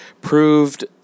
proved